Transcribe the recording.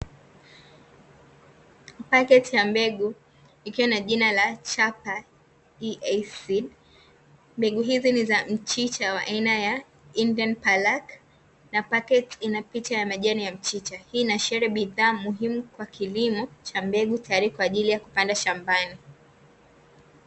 Paketi ya mbegu ikiwa na jina la chapa ya 'EASEED', mbegu hizi ni za mchicha wa aina ya 'IndianPalak' na paketi ina picha ya majani ya mchicha. Hii inaashiria bidhaa muhimu kwa kilimo tayari kwa ajili ya kupanda shambani.